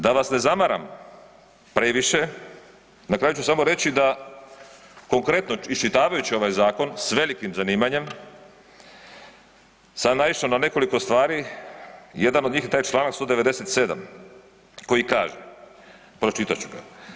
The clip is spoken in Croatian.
Da vas ne zamaram previše, na kraju ću samo reći da konkretno iščitavajući ovaj zakon s velikim zanimanjem sam naišao na nekoliko stvari, jedan od njih je taj Članak 197. koji kaže, pročitat ću ga.